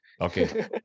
Okay